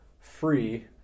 free